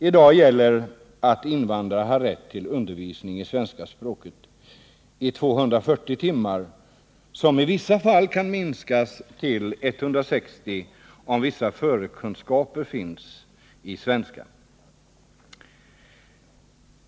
I dag gäller att invandrare har rätt till undervisning i svenska språket under 240 timmar, som i vissa fall kan minskas till 160 timmar — om vissa förkunskaper finns i svenska.